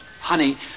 Honey